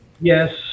Yes